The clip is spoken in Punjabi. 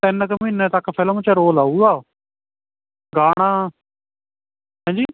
ਤਿੰਨ ਕੁ ਮਹੀਨੇ ਤੱਕ ਫਿਲਮ 'ਚ ਰੋਲ ਆਊਗਾ ਗਾਣਾ ਹਾਂਜੀ